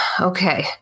Okay